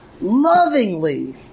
lovingly